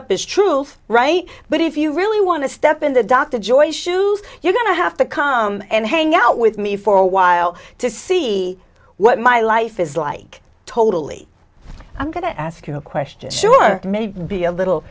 up is truth right but if you really want to step into dr joyce shoes you're going to have to come and hang out with me for a while to see what my life is like totally i'm going to ask you a question sure many be a little